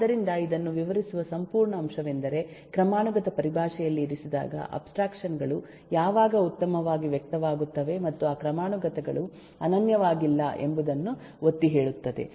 ಆದ್ದರಿಂದ ಇದನ್ನು ವಿವರಿಸುವ ಸಂಪೂರ್ಣ ಅಂಶವೆಂದರೆ ಕ್ರಮಾನುಗತ ಪರಿಭಾಷೆಯಲ್ಲಿ ಇರಿಸಿದಾಗ ಅಬ್ಸ್ಟ್ರಾಕ್ಷನ್ ಗಳು ಯಾವಾಗ ಉತ್ತಮವಾಗಿ ವ್ಯಕ್ತವಾಗುತ್ತವೆ ಮತ್ತು ಆ ಕ್ರಮಾನುಗತಗಳು ಅನನ್ಯವಾಗಿಲ್ಲ ಎಂಬುದನ್ನು ಒತ್ತಿಹೇಳುತ್ತದೆ